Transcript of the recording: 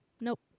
nope